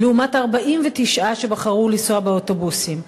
לעומת 49 שבחרו לנסוע באוטובוסים.